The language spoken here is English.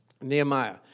Nehemiah